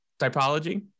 typology